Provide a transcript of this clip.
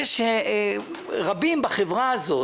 יש רבים בחברה הזאת